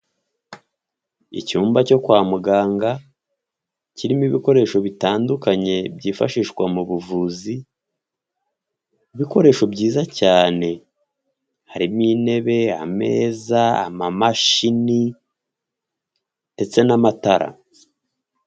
Icyumba cyo kwa muganga kirimo ibikoresho bitandukanye byifashishwa mu buvuzi ,ibikoresho byiza cyane harimo intebe, ameza, amamashini ndetse n'amatara.